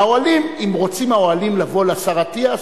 לאוהלים, אם רוצים האוהלים לבוא לשר אטיאס,